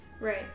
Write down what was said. Right